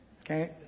Okay